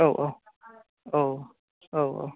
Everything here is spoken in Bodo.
औ औ औ औ औ